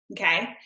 okay